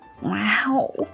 Wow